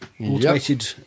Automated